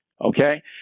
Okay